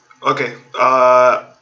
okay uh